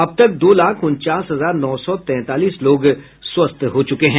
अब तक दो लाख उनचास हजार नौ सौ तैंतालीस लोग स्वस्थ हो चुके हैं